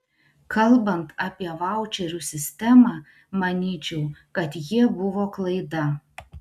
kalbant apie vaučerių sistemą manyčiau kad jie buvo klaida